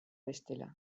bestela